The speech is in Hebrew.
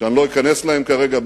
שאני לא אכנס אליהם כרגע,